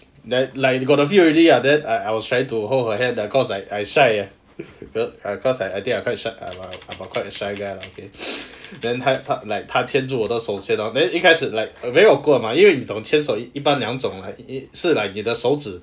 that like got the feel already ah then I I was trying to hold her hand lah cause I I shy cause I I think I quite shy I'm a quite a shy guy then 她她 like 她牵着我的手先 lor then 一开始 like very awkward mah 因为你懂牵手一般两种是 like 你的手指